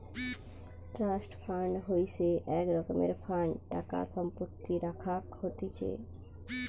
trust fund হইসে এক রকমের ফান্ড টাকা সম্পত্তি রাখাক হতিছে